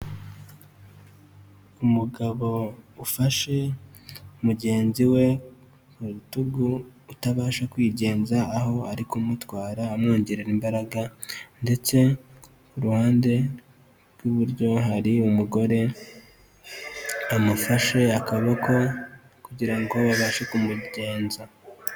Umugabo ufashe mugenzi we mu rutugu utabasha kwigenza, aho ari kumutwara amwongerera imbaraga, ndetse iruhande rw'iburyo hari umugore amufashe akaboko kugira ngo babashe kumugenza.